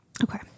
Okay